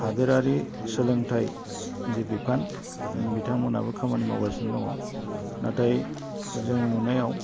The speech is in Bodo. हादोरारि सोलोंथाइ जि बिफान बिथांमोनहाबो खामानि मावगासिनो दङ नाथाय जों नुनायाव